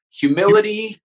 Humility